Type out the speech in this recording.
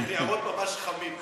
הניירות ממש חמים.